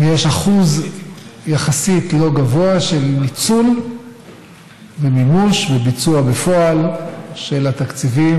יש אחוז יחסית לא גבוה של ניצול ומימוש וביצוע בפועל של התקציבים